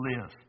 live